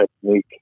technique